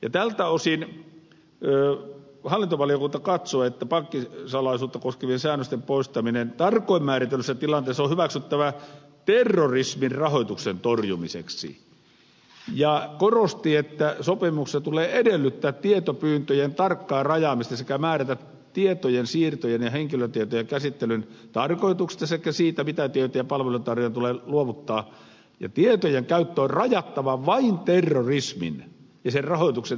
ja tältä osin hallintovaliokunta katsoo että pankkisalaisuutta koskevien säännösten poistaminen tarkoin määritellyissä tilanteissa on hyväksyttävää terrorismin rahoituksen torjumiseksi ja korostaa että sopimuksessa tulee edellyttää tietopyyntöjen tarkkaa rajaamista sekä määrätä tietojen siirtojen ja henkilötietojen käsittelyn tarkoituksesta sekä siitä mitä tietoja palveluntarjoajien tulee luovuttaa ja tietojen käyttö on rajattava vain terrorismin ja sen rahoituksen ehkäisemiseen ja torjumiseen